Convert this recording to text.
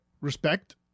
respect